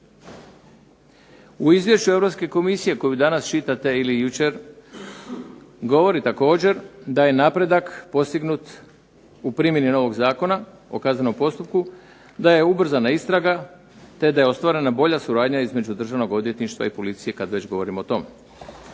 U izvješću Europske Komisije koji danas čitate ili jučer, govori također da je napredak postignut u primjeni novog Zakona o kaznenom postupku, da je ubrzana istraga, te da je ostvarena bolja suradnja između Državnog odvjetništva i policije kad već govorimo o tome.